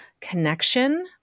connection